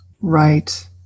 Right